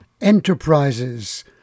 enterprises